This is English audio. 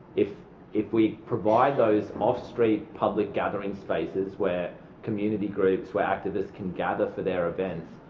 if if we provide those off street public gathering spaces where community groups or activists can gather for their events,